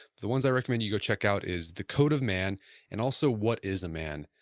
the ones i recommend you go check out is the code of man and also what is a man.